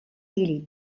ille